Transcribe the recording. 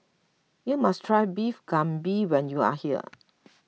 you must try Beef Galbi when you are here